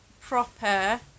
proper